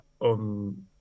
on